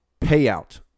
payout